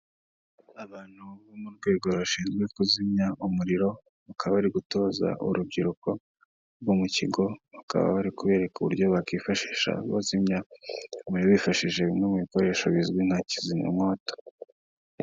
Abantu bo mu rwego rushinzwe kuzimya umuriro, bakaba bari gutoza urubyiruko rwo mu kigo bakaba bari kubereka uburyo bakifashisha bazimya, bifashishije bimwe mu bikoresho bizwi nka kizimya mwoto.